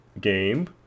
game